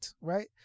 Right